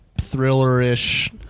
thriller-ish